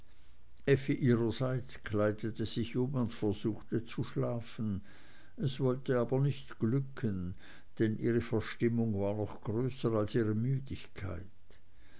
effi ihrerseits kleidete sich um und versuchte zu schlafen es wollte aber nicht glücken denn ihre verstimmung war noch größer als ihre müdigkeit